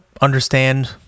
understand